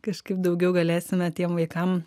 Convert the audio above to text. kažkaip daugiau galėsime tiem vaikam